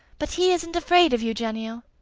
but he isn't afraid of eugenio.